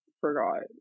forgot